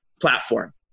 platform